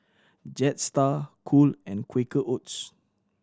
Jetstar Cool and Quaker Oats